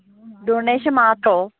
donation മാത്രമോ